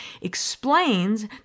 explains